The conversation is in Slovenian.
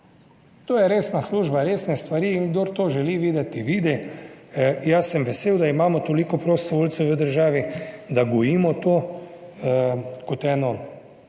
To je resna služba, resne stvari in kdor to želi videti vidi. Jaz sem vesel, da imamo toliko prostovoljcev v državi, da gojimo to kot eno